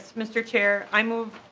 mr. chair i move